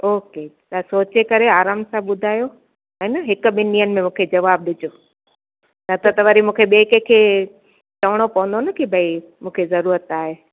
okay त सोचे करे आराम सां ॿुधायो हा न हिक ॿिनि ॾींहंनि में मूंखे जवाबु ॾिजो न त त वरी मूंखे ॿे कंहिंखे चविणो पवंदो न के भई मूंखे मूंखे ज़रूरत आहे